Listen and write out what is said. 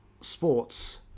sports